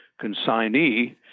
consignee